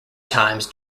times